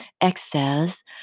excess